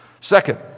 Second